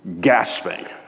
gasping